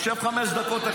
שב חמש דקות,